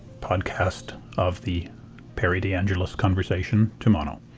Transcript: podcast of the perry deangelis conversation to mono.